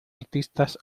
artistas